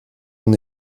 mon